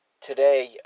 today